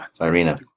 Irina